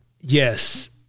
Yes